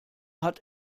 hat